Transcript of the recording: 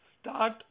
start